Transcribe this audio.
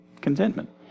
contentment